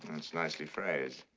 that's nicely phrased.